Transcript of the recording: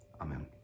Amen